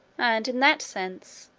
and, in that sense,